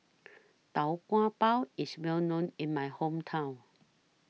Tau Kwa Pau IS Well known in My Hometown